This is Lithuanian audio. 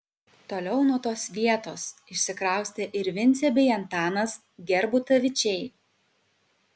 toliau nuo tos vietos išsikraustė ir vincė bei antanas gerbutavičiai